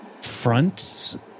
front